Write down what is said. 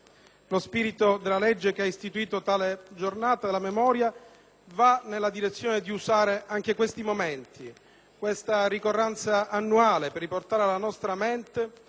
Lo spirito della legge che ha istituito il Giorno della memoria va nella direzione di usare anche questi momenti, questa ricorrenza annuale per riportare alla nostra mente